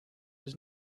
his